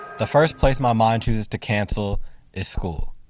the first place my mind chooses to cancel is school.